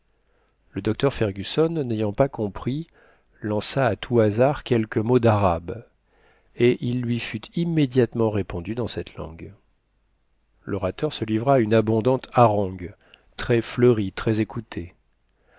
le docteur fergusson n'ayant pas compris lança à tout hasard quelques mots d'arabe et il lui fut immédiatement répondu dans cette langue l'orateur se livra à une abondante harangue très fleurie très écoutée